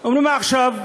אומרים עכשיו: